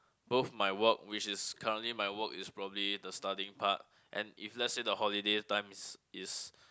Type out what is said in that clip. both my work which is currently my work is probably the studying part and if let's say the holiday times is